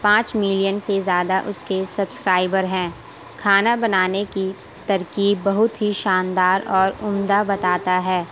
پانچ ملین سے زیادہ اس کے سبسکرائبر ہیں کھانا بنانے کی ترکیب بہت ہی شاندار اور عمدہ بتاتا ہے